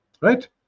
right